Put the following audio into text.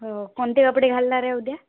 हो कोणते कपडे घालणार आहे उद्या